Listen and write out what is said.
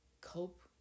cope